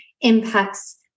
impacts